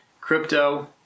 Crypto